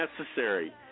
necessary